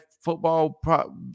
football